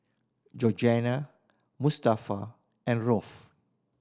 Georgine Mustafa and Rolf